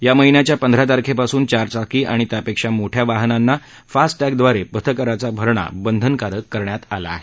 या महिन्याच्या पंधरा तारखेपासून चारचाकी आणि त्यापेक्षा मोठ्या वाहनांना फास्ट टॅगदवारे पथकराचा भरणा बंधनकारक करण्यात आला आहे